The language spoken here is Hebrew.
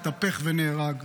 התהפך ונהרג,